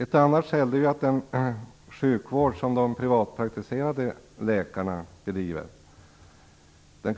Ett annat skäl är att den sjukvård som de privatpraktiserande läkarna bedriver